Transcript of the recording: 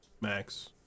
Max